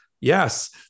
Yes